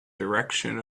direction